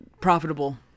profitable